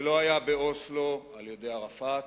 זה לא היה באוסלו על-ידי ערפאת,